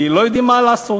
כי לא יודעים מה לעשות.